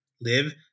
live